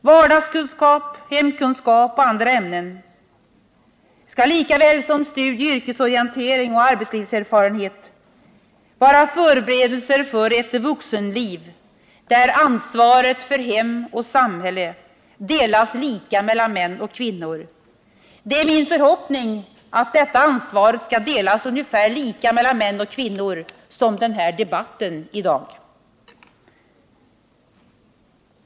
Vardagskunskap, hemkunskap och andra ämnen skall lika väl som studieoch yrkesorientering och arbetslivserfarenhet vara förberedelser för ett vuxenliv där ansvaret för hem och samhälle delas lika mellan män och kvinnor. Det är min förhoppning att detta ansvar skall fördelas mellan män och kvinnor på ungefär samma sätt som denna debatt i dag.